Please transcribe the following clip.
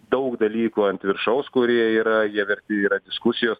daug dalykų ant viršaus kurie yra jie verti yra diskusijos